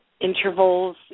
intervals